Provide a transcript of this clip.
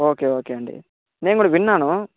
okay okay అండి నేను కూడా విన్నాను